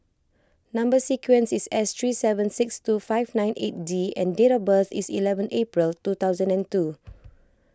Number Sequence is S three seven six two five nine eight D and date of birth is eleven April two thousand and two